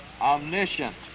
omniscient